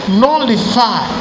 nullify